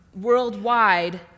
worldwide